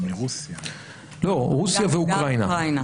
מרוסיה ואוקראינה.